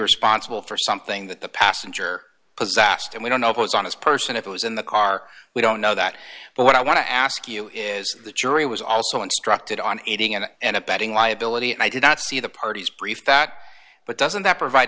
responsible for something that the passenger possessed and we don't know if it was on his person if it was in the car we don't know that but what i want to ask you is the jury was also instructed on aiding and abetting liability and i did not see the parties brief that but doesn't that provide